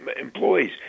employees